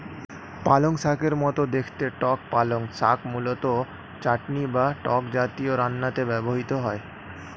পালংশাকের মতো দেখতে টক পালং শাক মূলত চাটনি বা টক জাতীয় রান্নাতে ব্যবহৃত হয়